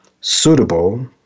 suitable